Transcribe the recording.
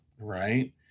Right